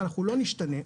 אנחנו לא נשתנה.